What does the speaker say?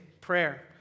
prayer